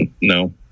No